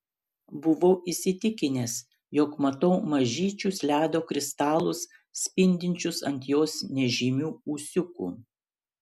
buvau įsitikinęs jog matau mažyčius ledo kristalus spindinčius ant jos nežymių ūsiukų